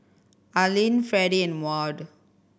Aylin Fredy and Maud